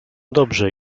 dobrze